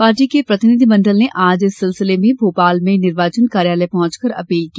party के प्रतिनिधि मंडल ने आज इस सिलसिले में भोपाल में निर्वाचन कार्यालय पहुंचकर अपील की